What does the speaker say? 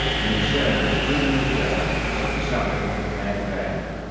and he is showing that good news judgment is something that can add value.